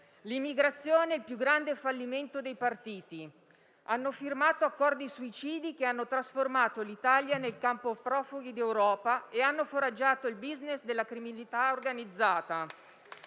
L'immigrazione è il più grande fallimento dei partiti: hanno firmato accordi suicidi che hanno trasformato l'Italia nel campo profughi d'Europa e hanno foraggiato il *business* della criminalità organizzata.